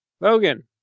Logan